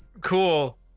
Cool